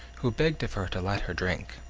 who begged of her to let her drink.